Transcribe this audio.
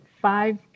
five